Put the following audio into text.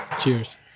Cheers